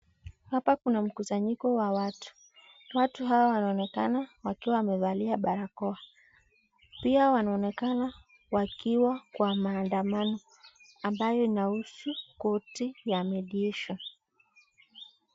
Hapa kuna mkusanyiko wa watu. Watu hawa wanaonekana wakiwa wamevalia barakoa. Pia wanaonekana wakiwa kwa maandamano ambayo inahusu koti ya mediation .